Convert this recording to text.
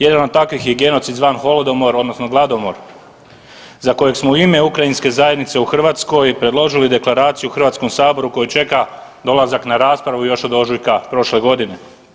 Jedan od takvih je i genocid zvan holodomor odnosno gladomor za kojeg smo u ime ukrajinske zajednice u Hrvatskoj predložili Deklaraciju HS-u koji čeka dolazak na raspravu još od ožujka prošle godine.